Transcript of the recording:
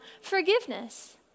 Forgiveness